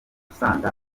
usanga